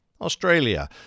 Australia